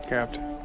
Captain